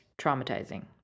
traumatizing